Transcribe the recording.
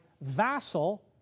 vassal